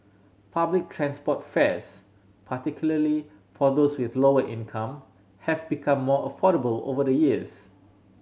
public transport fares particularly for those with lower income have become more affordable over the years